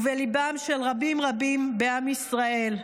ובליבם של רבים רבים בעם ישראל.